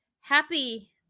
happy